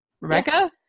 rebecca